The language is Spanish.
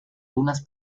dunas